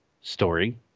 story